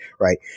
right